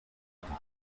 upper